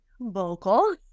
vocal